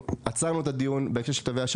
ועוצרים את הדיון בהקשר של תווי השי.